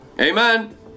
Amen